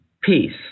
peace